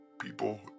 people